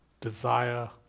desire